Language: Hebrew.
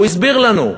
והוא הסביר לנו,